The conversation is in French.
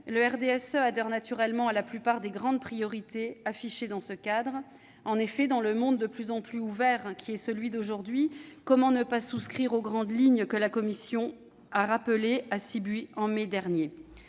le RDSE adhère naturellement à la plupart des grandes priorités affichées dans ce cadre. En effet, dans le monde de plus en plus ouvert qui est celui d'aujourd'hui, comment ne pas souscrire aux grandes lignes que la Commission a rappelées à Sibiu en mai dernier :